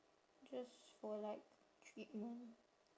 just for like treatment